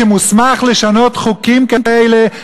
שמוסמך לשנות חוקים כאלה,